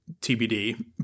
TBD